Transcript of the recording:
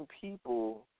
people